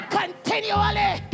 continually